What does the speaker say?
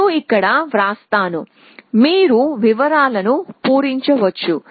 నేను ఇక్కడ వ్రాస్తాను మీరు వివరాలను పూరించవచ్చు